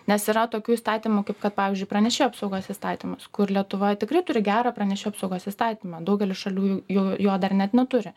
nes yra tokių įstatymų kaip kad pavyzdžiui pranešėjų apsaugos įstatymas kur lietuva tikrai turi gerą pranešėjų apsaugos įstatymą daugelis šalių jų jų jo dar net neturi